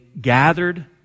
gathered